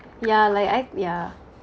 yeah like I yeah